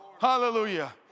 Hallelujah